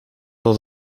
dat